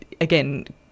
Again